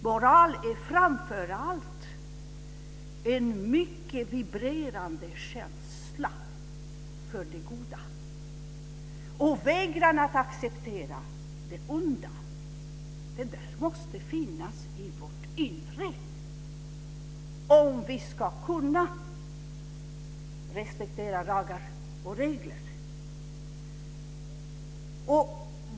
Moral är framför allt en mycket vibrerande känsla för det goda och vägran att acceptera det onda. Det där måste finnas i vårt inre om vi ska kunna respektera lagar och regler.